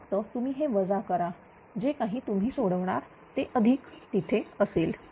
तर फक्त तुम्ही हे वजा करा जे काही तुम्ही सोडवणार ते अधिक तिथे असेल